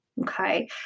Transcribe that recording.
Okay